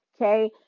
okay